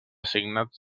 assignats